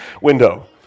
window